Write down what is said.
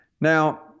Now